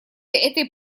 этой